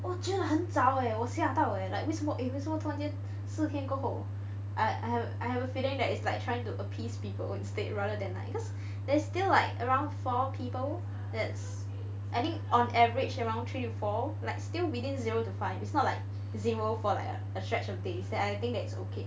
我觉得很早 leh 我吓到 leh 为什么突然间四天过后 I have I have a feeling that is like trying to appease people instead rather than like because there's still like around four people that's I think on average around three to four like still within zero to five it's not like zero for like a stretch of days then I think that's okay